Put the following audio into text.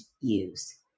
use